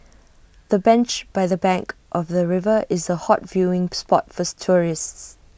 the bench by the bank of the river is A hot viewing spot forth tourists